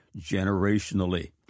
generationally